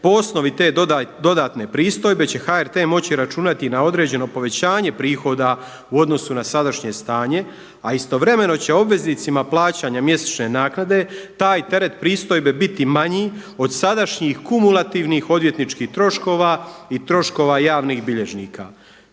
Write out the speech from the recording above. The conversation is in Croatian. po osnovi te dodatne pristojbe će HRT moći računati na određeno povećanje prihoda u odnosu na sadašnje stanje, a istovremeno će obveznicima plaćanja mjesečne naknade taj teret pristojbe biti manji od sadašnjih kumulativnih odvjetničkih troškova i troškova javnih bilježnika.